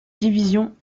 divisions